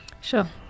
sure